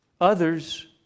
others